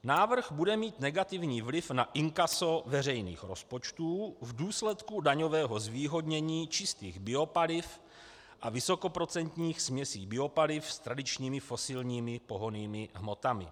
Návrh bude mít negativní vliv na inkaso veřejných rozpočtu v důsledku daňového zvýhodnění čistých biopaliv a vysokoprocentních směsí biopaliv s tradičními fosilními pohonnými hmotami.